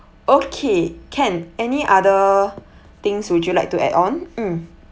okay can any other things would you like to add on mm